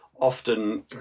often